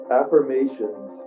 affirmations